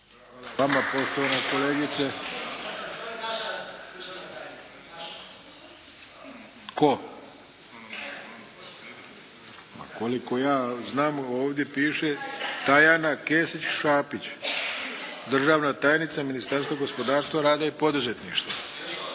se ne čuje./… Tko? Koliko ja znam ovdje piše Tajana Kesić Šapić, državna tajnica Ministarstva gospodarstva, rada i poduzetništva.